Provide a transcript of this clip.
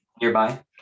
nearby